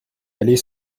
aller